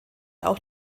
auch